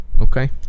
okay